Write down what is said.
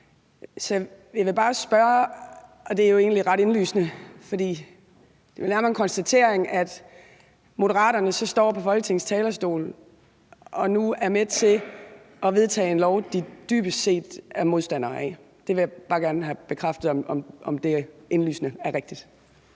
Så jeg vil bare spørge om noget, og det er jo egentlig ret indlysende og nærmere en konstatering, nemlig at Moderaterne så står på Folketingets talerstol og nu er med til at vedtage en lov, de dybest set er modstandere af. Det vil jeg bare gerne have bekræftet om er indlysende rigtigt.